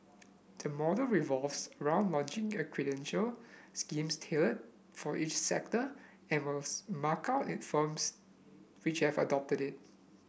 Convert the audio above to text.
the model revolves around accreditation schemes tailored for each sector and will mark out it firms which have adopted it